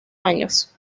años